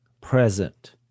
present